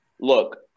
Look